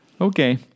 Okay